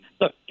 Look